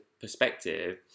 perspective